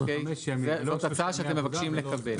זאת הצעה שאתם מבקשים לקבל.